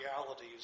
realities